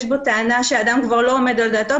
יש בו טענה שהאדם כבר לא עומד על דעתו,